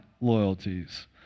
loyalties